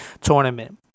tournament